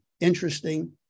interesting